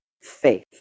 faith